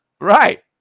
Right